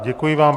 Děkuji vám.